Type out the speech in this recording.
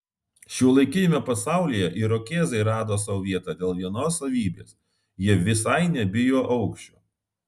šiuolaikiniame pasaulyje irokėzai rado sau vietą dėl vienos savybės jie visai nebijo aukščio